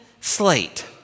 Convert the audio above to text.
slate